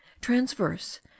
transverse